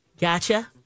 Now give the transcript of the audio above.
Gotcha